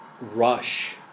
rush